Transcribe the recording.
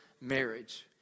marriage